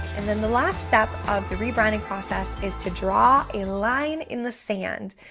and then the last step of the rebranding process is to draw a line in the sand.